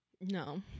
no